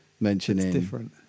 Mentioning